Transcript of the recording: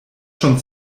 schon